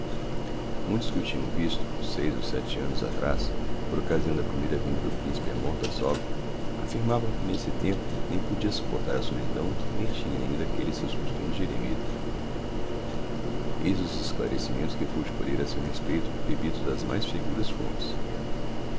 muitos que o tinham visto seis ou sete annos atraz por occasião da primeira vinda do principe a mordassov affirmavam que nesse tempo nem podia supportar a solidão nem tinha ainda aquelles seus costumes de eremita eis os esclarecimentos que pude colher a seu respeito bebidos das mais seguras fontes